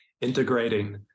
integrating